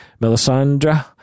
Melisandre